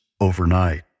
overnight